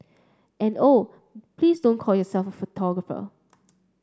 and oh please don't call yourself a photographer